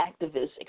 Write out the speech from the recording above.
activist